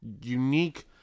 unique